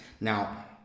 Now